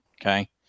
Okay